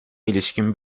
ilişkin